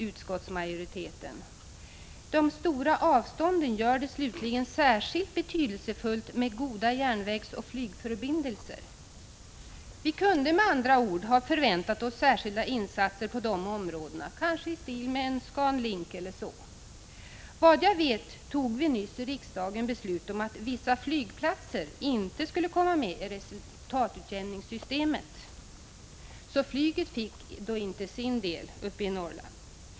Utskottsmajoriteten skriver: De stora avstånden gör det slutligen särskilt betydelsefullt med goda järnvägsoch flygförbindelser. Vi kunde med andra ord ha förväntat oss särskilda insatser på dessa områden, t.ex. en Scan Link. Såvitt jag vet fattade riksdagen nyligen beslut om att vissa flygplatser inte skulle komma med i resultatutjämningssystemet. Flyget i Norrland fick alltså inte sin del.